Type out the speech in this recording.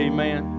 Amen